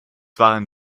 waren